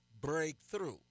breakthrough